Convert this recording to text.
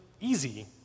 easy